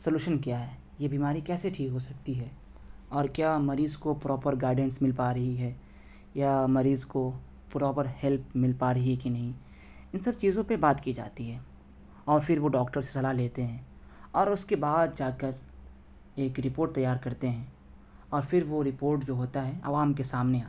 solution کیا ہے یہ بیماری کیسے ٹھیک ہو سکتی ہے اور کیا مریض کو پراپر گائیڈنس مل پا رہی ہے یا مریض کو پراپر ہیلپ مل پا رہی ہے کہ نہیں ان سب چیزوں پہ بات کی جاتی ہے اور پھر وہ ڈاکٹر سے صلاح لیتے ہیں اور اس کے بعد جا کر ایک ریپورٹ تیار کرتے ہیں اور پھر وہ ریپورٹ جو ہوتا ہے عوام کے سامنے آتا ہے